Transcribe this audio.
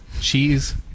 cheese